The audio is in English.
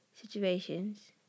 situations